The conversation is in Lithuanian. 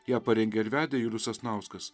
ją parengė ir vedė julius sasnauskas